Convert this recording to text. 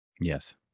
Yes